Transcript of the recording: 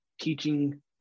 teaching